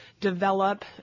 develop